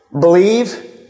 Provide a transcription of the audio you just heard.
believe